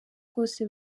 bwose